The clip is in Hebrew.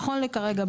נכון לכרגע,